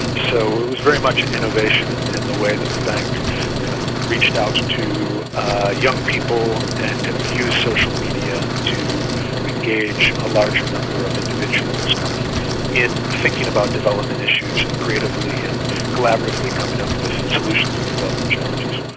so it was very much an innovation in in the way that the bank kind of reached out to to ah young people and kind of used social media to engage a larger number of individuals kind of in thinking about developing issues and creatively and collaboratively coming up with solutions to develop the challenges.